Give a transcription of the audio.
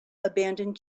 abandoned